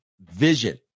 vision